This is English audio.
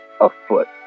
afoot